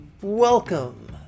Welcome